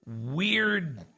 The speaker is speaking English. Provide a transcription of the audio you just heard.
weird